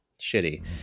Shitty